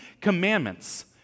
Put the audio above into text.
commandments